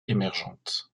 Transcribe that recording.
émergente